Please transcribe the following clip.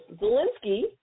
Zelensky